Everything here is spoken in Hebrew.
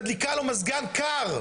מדליקה לו מזגן קר.